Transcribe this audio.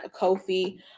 Kofi